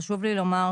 חשוב לי לומר,